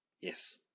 Yes